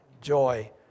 joy